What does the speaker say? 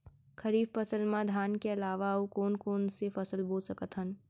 खरीफ फसल मा धान के अलावा अऊ कोन कोन से फसल बो सकत हन?